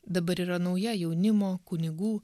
dabar yra nauja jaunimo kunigų